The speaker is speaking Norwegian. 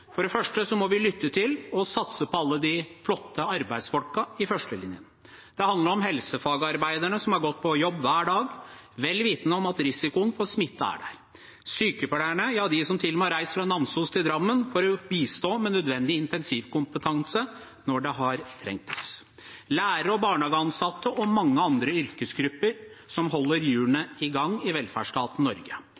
For det første må vi lytte til og satse på alle de flotte arbeidsfolkene i førstelinjen. Det handler om helsefagarbeiderne, som har gått på jobb hver dag, vel vitende om at risikoen for smitte er der, sykepleierne, de som til og med har reist fra Namsos til Drammen for å bistå med nødvendig intensivkompetanse når det har trengtes, lærere og barnehageansatte og mange andre yrkesgrupper som holder